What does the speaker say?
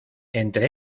entre